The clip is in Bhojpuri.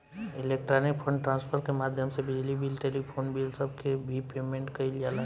इलेक्ट्रॉनिक फंड ट्रांसफर के माध्यम से बिजली बिल टेलीफोन बिल सब के भी पेमेंट कईल जाला